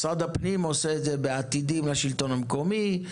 משרד הפנים עושה את זה ב"עתידים" לשלטון המקומי,